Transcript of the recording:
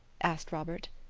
asked robert.